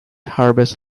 harvest